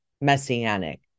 Messianic